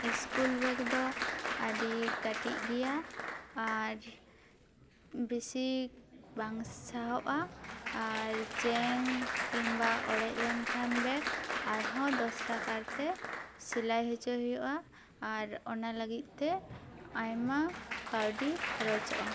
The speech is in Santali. ᱤᱥᱠᱩᱞ ᱵᱮᱜᱽ ᱫᱚ ᱟ ᱰᱤ ᱠᱟ ᱴᱤᱡ ᱜᱮᱭᱟ ᱟᱨ ᱵᱮᱥᱤ ᱵᱟᱝ ᱥᱟᱦᱚᱵᱚᱜᱼᱟ ᱟᱨ ᱪᱮᱱ ᱠᱤᱝᱵᱟ ᱚᱲᱮᱡ ᱞᱮᱱᱠᱷᱟᱱ ᱵᱮᱜᱽ ᱟᱨᱦᱚᱸ ᱫᱚᱥᱨᱟ ᱠᱟᱨᱛᱮ ᱥᱤᱞᱟᱭ ᱚᱪᱚ ᱦᱩᱭᱩᱜᱼᱟ ᱟᱨ ᱚᱱᱟ ᱞᱟ ᱜᱤᱫ ᱛᱮ ᱟᱭᱢᱟ ᱠᱟ ᱣᱰᱤ ᱠᱷᱚᱨᱚᱪᱚᱜᱼᱟ